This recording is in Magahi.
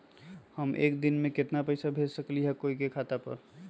हम एक दिन में केतना पैसा भेज सकली ह कोई के खाता पर?